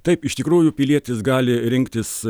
taip iš tikrųjų pilietis gali rinktis